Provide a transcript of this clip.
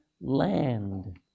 land